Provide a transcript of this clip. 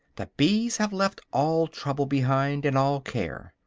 the bees have left all trouble behind, and all care.